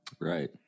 Right